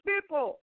people